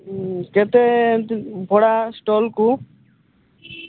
କେତେ ଭଡ଼ା ଷ୍ଟଲ୍କୁ